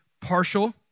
partial